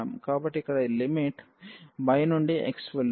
కాబట్టి ఇక్కడ ఈ లిమిట్ y నుండి x వెళుతుంది